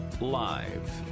Live